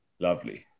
Lovely